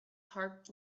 heart